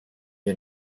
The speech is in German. wir